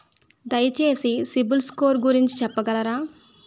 దయచేసి సిబిల్ స్కోర్ గురించి చెప్పగలరా?